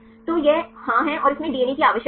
तो यह हाँ है और इसमें डीएनए की आवश्यकता है